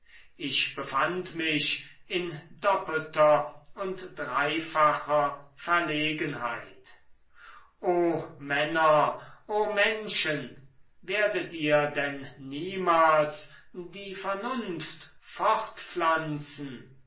ich befand mich in doppelter und dreifacher verlegenheit o männer o menschen werdet ihr denn niemals die vernunft